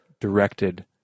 directed